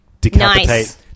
Decapitate